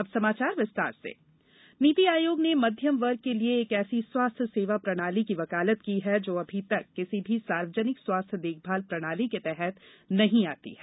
अब समाचार विस्तार से नीति आयोग नीति आयोग ने मध्यम वर्ग के लिए एक ऐसी स्वास्थ्य सेवा प्रणाली की वकालत की है जो अभी तक किसी भी सार्वजनिक स्वास्थ्य देखभाल प्रणाली के तहत नहीं आती है